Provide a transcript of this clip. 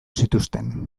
zituzten